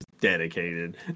dedicated